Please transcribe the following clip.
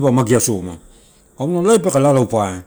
pa magea soma auna laip peke la la upae.